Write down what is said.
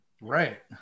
Right